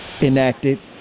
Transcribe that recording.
enacted